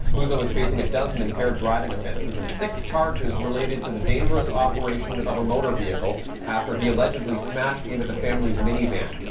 muzzo is facing a dozen impaired driving offences and six charges related to the dangerous operation of a motor vehicle after he allegedly smashed into the family's minivan.